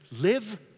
live